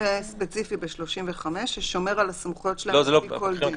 ספציפי ב-35 ששומר על הסמכויות שלהם לפי כל דין.